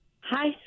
Hi